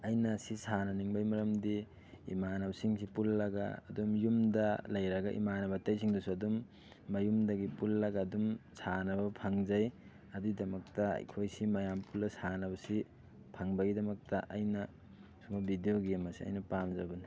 ꯑꯩꯅ ꯁꯤ ꯁꯥꯟꯅꯅꯤꯡꯕꯩ ꯃꯔꯝꯗꯤ ꯏꯃꯥꯟꯅꯕꯁꯤꯡꯁꯤ ꯄꯨꯜꯂꯒ ꯑꯗꯨꯝ ꯌꯨꯝꯗ ꯂꯩꯔꯒ ꯏꯃꯥꯟꯅꯕ ꯑꯇꯩꯁꯤꯡꯗꯁꯨ ꯑꯗꯨꯝ ꯃꯌꯨꯝꯗꯒꯤ ꯄꯨꯜꯂꯒ ꯑꯗꯨꯝ ꯁꯥꯟꯅꯕ ꯐꯪꯖꯩ ꯑꯗꯨꯏꯗꯃꯛꯇ ꯑꯩꯈꯣꯏꯁꯤ ꯃꯌꯥꯝ ꯄꯨꯜꯂ ꯁꯥꯟꯅꯕꯁꯤ ꯐꯪꯕꯒꯤꯗꯃꯛꯇ ꯑꯩꯅ ꯁꯤꯒꯨꯝꯕ ꯕꯤꯗꯤꯑꯣ ꯒꯦꯝ ꯑꯁꯦ ꯑꯩꯅ ꯄꯥꯝꯖꯕꯅꯤ